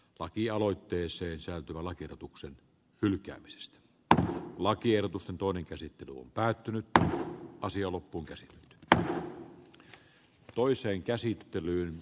lakialoitteeseen säätyvä lakiehdotuksen hylkäämisestä tätä lakiehdotusten toinen käsittely on päättynyt ja asia loppuunkäsite pitää loisen käsittelyyn